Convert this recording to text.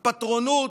פטרונות,